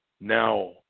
now